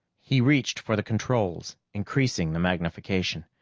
he reached for the controls, increasing the magnification.